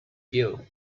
gill